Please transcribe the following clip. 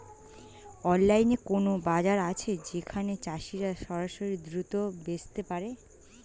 অনলাইনে কোনো বাজার আছে যেখানে চাষিরা সরাসরি দ্রব্য বেচতে পারে?